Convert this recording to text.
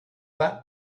that